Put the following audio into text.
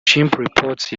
chimpreports